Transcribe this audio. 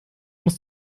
muss